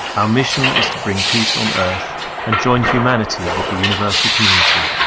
our mission is to bring peace on earth and join humanity with the universal community.